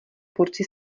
porci